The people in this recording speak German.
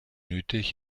nötig